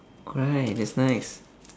right that's nice